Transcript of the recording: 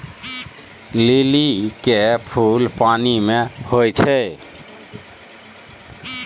लिली के फुल पानि मे होई छै